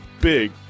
big